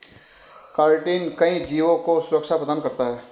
chitin कई जीवों को सुरक्षा प्रदान करता है